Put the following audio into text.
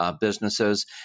businesses